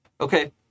Okay